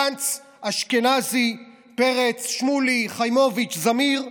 גנץ, אשכנזי, פרץ, שמולי, חיימוביץ', זמיר,